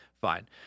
Fine